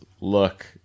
look